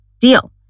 Deal